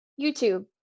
YouTube